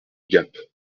gap